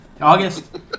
August